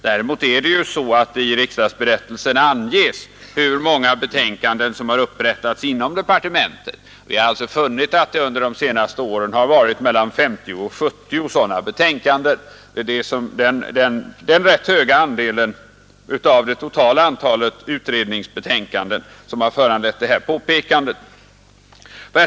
Däremot anges det i riksdagsberättelsen hur många betänkanden som har upprättats inom departementen, och vi har funnit att det under de senaste åren har upprättats mellan 50 och 70 sådana betänkanden. Det är denna ganska stora andel av det totala antalet utredningsbetänkanden som har föranlett detta påpekande.